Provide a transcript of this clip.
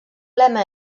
lema